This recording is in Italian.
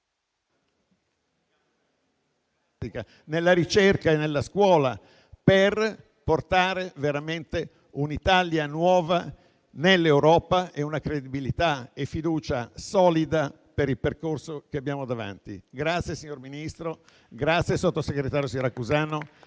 nella ricerca e nella scuola, per portare veramente un'Italia nuova nell'Europa e credibilità e fiducia solide per il percorso che abbiamo davanti. Vi ringrazio quindi, signor Ministro e sottosegretario Siracusano,